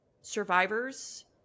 survivors